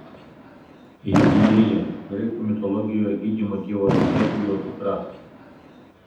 higiėja graikų mitologijoje gydymo dievo asklepijo dukra